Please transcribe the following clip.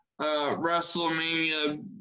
Wrestlemania